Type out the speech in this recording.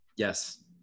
Yes